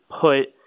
put